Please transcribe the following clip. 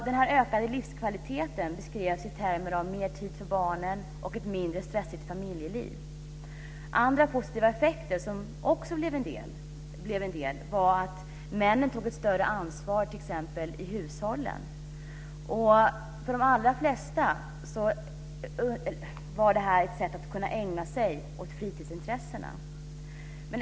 Den ökade livskvaliteten beskrevs i termer av mer tid för barnen och ett mindre stressigt familjeliv. Andra positiva effekter var t.ex. att männen tog ett större ansvar i hushållen. För de allra flesta var det här ett sätt att kunna ägna sig åt fritidsintressena.